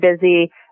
busy